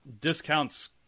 discounts